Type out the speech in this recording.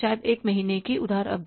शायद 1 महीने की उधार अवधि